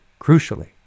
crucially